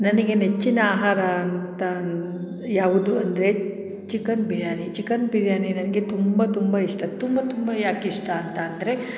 ನನಗೆ ನೆಚ್ಚಿನ ಆಹಾರ ಅಂತನ್ ಯಾವುದು ಅಂದರೆ ಚಿಕನ್ ಬಿರಿಯಾನಿ ಚಿಕನ್ ಬಿರಿಯಾನಿ ನನಗೆ ತುಂಬ ತುಂಬ ಇಷ್ಟ ತುಂಬ ತುಂಬ ಯಾಕೆ ಇಷ್ಟ ಅಂತ ಅಂದ್ರೆ